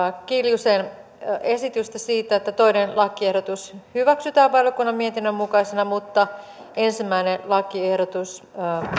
kiljusen esitystä siitä että toinen lakiehdotus hyväksytään valiokunnan mietinnön mukaisena mutta ensimmäinen lakiehdotus